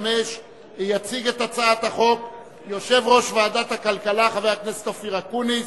45) יציג את הצעת החוק יושב-ראש ועדת הכלכלה חבר הכנסת אופיר אקוניס.